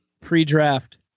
pre-draft